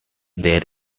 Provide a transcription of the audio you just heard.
there